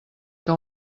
que